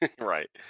Right